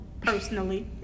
personally